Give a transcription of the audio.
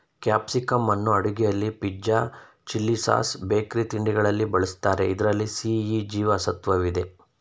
ಕ್ಯಾಪ್ಸಿಕಂನ್ನು ಅಡುಗೆಯಲ್ಲಿ pizza, chilli sauce, bakery ತಿಂಡಿಗಳಲ್ಲಿ ಬಳ್ಸತ್ತರೆ ಇದ್ರಲ್ಲಿ ಸಿ, ಇ ಜೀವ ಸತ್ವವಿದೆ